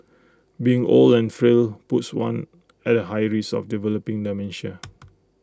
being old and frail puts one at A high risk of developing dementia